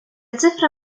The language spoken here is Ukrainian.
цифра